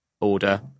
order